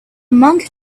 monk